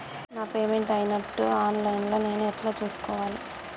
నా పేమెంట్ అయినట్టు online లా నేను ఎట్ల చూస్కోవాలే?